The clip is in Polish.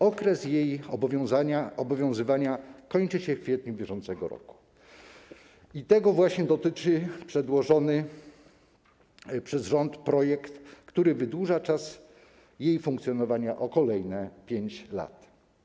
Okres jej obowiązywania kończy się w kwietniu br. i tego właśnie dotyczy przedłożony przez rząd projekt, który wydłuża czas jej funkcjonowania o kolejne 5 lat.